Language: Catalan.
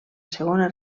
segona